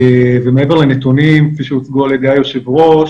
מעבר לנתונים כפי שהוצגו על ידי היושב-ראש,